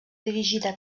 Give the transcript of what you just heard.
dirigida